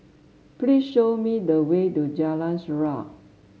please show me the way to Jalan Surau